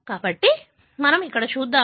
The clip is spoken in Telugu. కాబట్టి మనం ఇక్కడ చూద్దాం